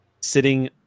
sitting